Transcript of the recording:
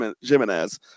Jimenez